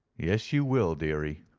yes, you will, dearie.